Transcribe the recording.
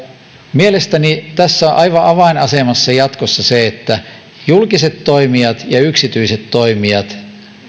mielestäni tässä on aivan avainasemassa jatkossa se että julkiset toimijat ja yksityiset toimijat